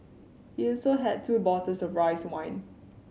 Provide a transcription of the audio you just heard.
he also had two bottles of rice wine